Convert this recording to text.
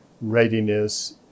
readiness